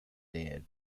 dan